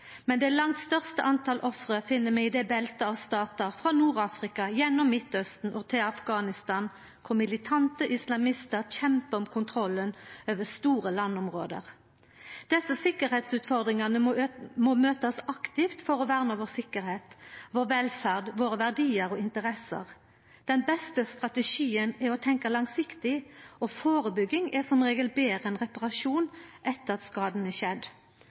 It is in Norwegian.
men det langt største talet på ofre finn vi i beltet av statar frå Nord-Afrika, gjennom Midtøsten og til Afghanistan, kor militante islamistar kjemper om kontrollen over store landområde. Desse sikkerheitsutfordringane må møtast aktivt for å verna om vår sikkerheit, vår velferd, våre verdiar og interesser. Den beste strategien er å tenkja langsiktig, og førebygging er som regel betre enn reparasjon etter at skaden er skjedd.